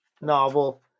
novel